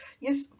yes